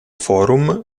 forum